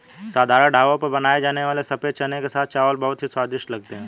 साधारण ढाबों पर बनाए जाने वाले सफेद चने के साथ चावल बहुत ही स्वादिष्ट लगते हैं